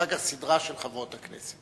אחר כך סדרה של חברות כנסת.